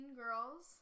girls